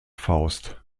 faust